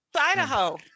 Idaho